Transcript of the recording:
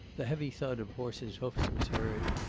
the heavy thud of horse's hoofs was heard,